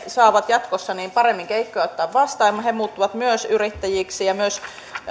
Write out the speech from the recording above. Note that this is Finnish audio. saavat jatkossa paremmin keikkoja ja ottaa vastaan he muuttuvat myös yrittäjiksi ja myös